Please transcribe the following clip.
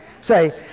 Say